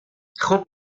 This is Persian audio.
خوب